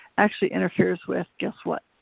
actually interferes with, guess what?